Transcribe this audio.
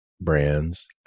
brands